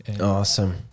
awesome